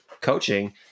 coaching